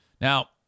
Now